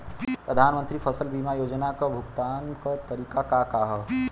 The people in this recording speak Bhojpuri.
प्रधानमंत्री फसल बीमा योजना क भुगतान क तरीकाका ह?